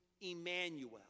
Emmanuel